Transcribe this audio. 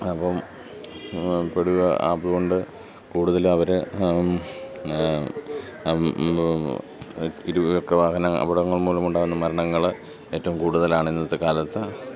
പെടുക അതുകൊണ്ട് കൂടുതൽ അവർ ഇരുചക്ര വാഹന അപകടങ്ങൾ മൂലമുണ്ടാകുന്ന മരണങ്ങൾ ഏറ്റവും കൂടുതലാണ് ഇന്നത്തെ കാലത്ത്